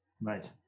Right